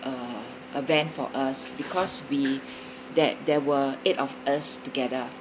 uh a van for us because we that there were eight of us together